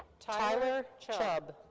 tyler chubb.